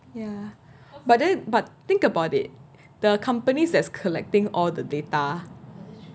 ya but then but think about it the companies that's collecting all the data